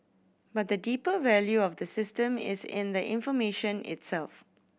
but the deeper value of the system is in the information itself